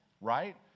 right